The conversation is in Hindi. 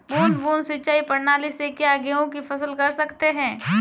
बूंद बूंद सिंचाई प्रणाली से क्या गेहूँ की फसल कर सकते हैं?